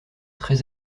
très